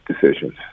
decisions